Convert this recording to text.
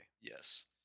Yes